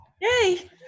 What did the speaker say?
Yay